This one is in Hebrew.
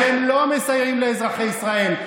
אתם לא מסייעים לאזרחי ישראל.